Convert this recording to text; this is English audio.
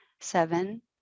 seven